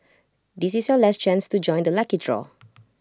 this is your last chance to join the lucky draw